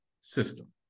system